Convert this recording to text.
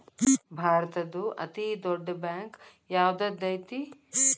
ಭಾರತದ್ದು ಅತೇ ದೊಡ್ಡ್ ಬ್ಯಾಂಕ್ ಯಾವ್ದದೈತಿ?